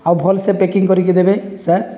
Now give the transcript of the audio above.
ଆଉ ଭଲସେ ପ୍ୟାକିଂ କରିକି ଦେବେ ସାର୍